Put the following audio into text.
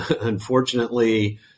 unfortunately